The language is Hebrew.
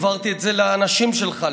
העברתי את זה לאנשים שלך,